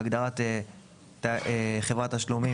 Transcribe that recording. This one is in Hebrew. (היו"ר אוהד טל,